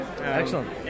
Excellent